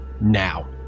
now